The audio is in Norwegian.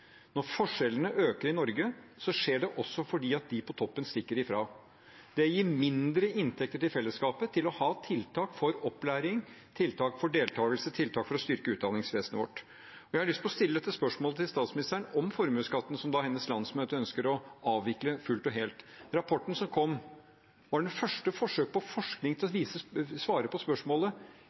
Når forskjellene øker i Norge, skjer det også fordi de på toppen stikker ifra. Det gir mindre inntekter til fellesskapet til å ha tiltak for opplæring, tiltak for deltakelse og tiltak for å styrke utdanningsvesenet vårt. Jeg har lyst til å stille spørsmål til statsministeren om formuesskatten, som hennes landsmøte ønsker å avvikle fullt og helt. Rapporten som kom, var første forsøk på forskning som svarer på spørsmålet: Fører kutt i formuesskatten til nye jobber? Vi har spurt og spurt i denne salen, stilt dette spørsmålet,